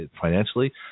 financially